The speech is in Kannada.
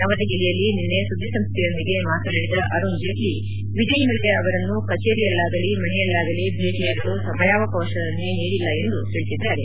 ನವದೆಹಲಿಯಲ್ಲಿ ನಿನ್ನೆ ಸುದ್ದಿ ಸಂಸ್ವೆಯೊಂದಿಗೆ ಮಾತನಾಡಿದ ಅರುಣ್ ಜೇಟ್ಲ ವಿಜಯ ಮಲ್ಯ ಅವರನ್ನು ಕಚೇರಿಯಲ್ಲಾಗಲಿ ಮನೆಯಲ್ಲಾಗಲಿ ಭೇಟಿಯಾಗಲು ಸಮಯಾವಕಾಶವನ್ನೇ ನೀಡಿಲ್ಲ ಎಂದು ತಿಳಿಸಿದ್ದಾರೆ